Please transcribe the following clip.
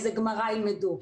איזו גמרא ילמדו,